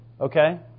okay